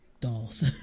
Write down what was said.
dolls